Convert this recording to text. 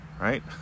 right